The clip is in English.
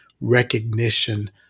recognition